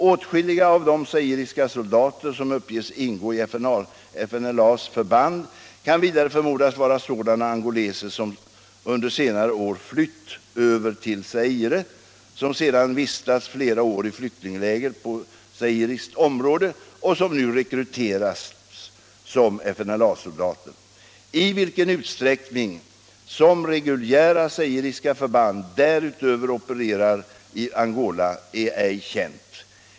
Åtskilliga av de zairiska soldater som uppges ingå i FNLA:s förband kan vidare förmodas vara sådana angoleser som under senare år flytt över till Zaire, som sedan vistats flera år i flyktingläger på zairiskt område och som nu rekryteras som FNLA soldater. I vilken utsträckning som reguljära zairiska förband därutöver opererar i Angola är ej känt.